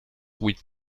with